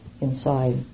inside